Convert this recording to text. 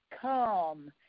come